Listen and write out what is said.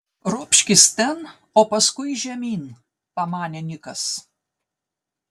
ropškis ten o paskui žemyn pamanė nikas